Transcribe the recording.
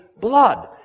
blood